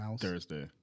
Thursday